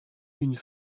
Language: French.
une